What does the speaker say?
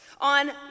On